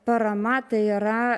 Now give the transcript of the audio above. parama tai yra